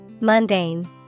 Mundane